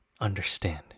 understand